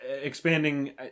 expanding